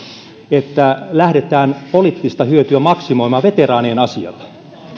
että lähdetään poliittista hyötyä maksimoimaan veteraanien